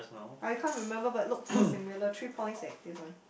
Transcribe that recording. but you can't remember but look quite similar three points eh this one